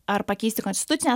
ar pakeisti konstitucinę